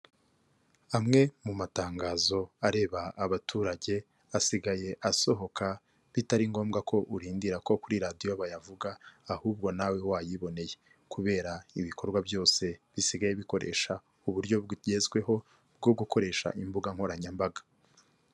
Amwe mu matangazo areba abaturage asigaye asohoka bitari ngombwa ko urindira ko kuri radio bayavuga, ahubwo nawe wayiboneye, kubera ibikorwa byose bisigaye bikoresha uburyo bugezweho bwo gukoresha imbuga nkoranyambaga.